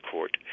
Court